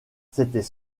c’était